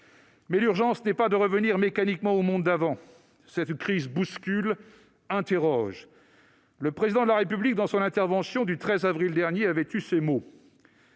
mais l'urgence n'est pas de revenir mécaniquement au monde d'avant. Cette crise bouscule, interroge. Le Président de la République, dans son intervention du 13 avril dernier, avait eu ces mots